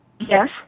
Yes